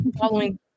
following